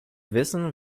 wissen